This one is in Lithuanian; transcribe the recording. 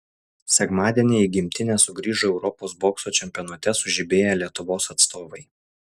sekmadienį į gimtinę sugrįžo europos bokso čempionate sužibėję lietuvos atstovai